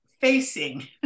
facing